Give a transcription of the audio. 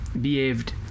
behaved